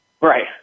Right